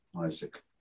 isaac